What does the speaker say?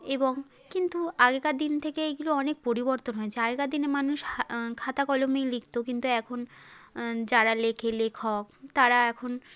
এবং কিন্তু আগেকার দিন থেকে এগুলো অনেক পরিবর্তন হয়েছে আগেকার দিনে মানুষ খাতা কলমে লিখত কিন্তু এখন যারা লেখে লেখক তারা এখন